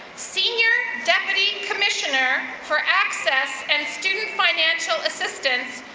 senior deputy commissioner for access and student financial assistance,